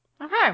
Okay